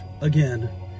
again